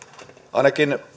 ainakin